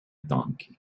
donkey